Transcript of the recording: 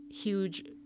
huge